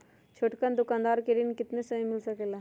छोटकन दुकानदार के ऋण कितने समय मे मिल सकेला?